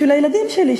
בשביל הילדים שלי,